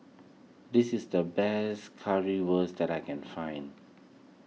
this is the best Currywurst that I can find